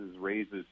raises